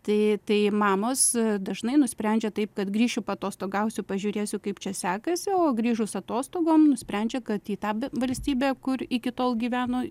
tai tai mamos dažnai nusprendžia taip kad grįšiu paatostogausiu pažiūrėsiu kaip čia sekasi o grįžus atostogų nusprendžia kad į tą valstybę kur iki tol gyveno